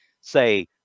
say